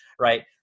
right